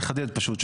נחדד פשוט,